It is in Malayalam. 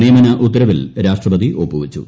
നിയമന ഉത്തരവിൽ രാഷ്ട്രപതി ഒപ്പുവച്ചു